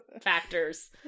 factors